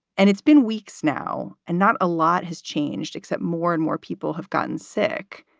and it's been weeks now and not a lot has changed, except more and more people have gotten sick.